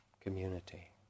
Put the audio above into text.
community